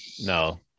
No